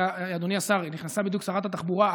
אדוני השר, נכנסה בדיוק שרת התחבורה.